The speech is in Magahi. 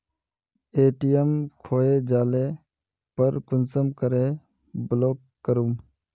ए.टी.एम खोये जाले पर कुंसम करे ब्लॉक करूम?